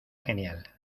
genial